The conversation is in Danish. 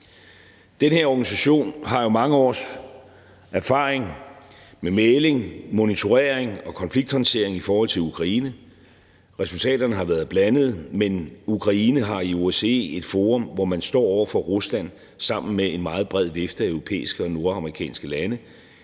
Den her organisation har jo mange års erfaring med mægling, monitorering og konflikthåndtering i forhold til Ukraine. Resultaterne har været blandede, men Ukraine har i OSCE et forum, hvor man står over for Rusland sammen med en meget bred vifte af europæiske og nordamerikanske lande.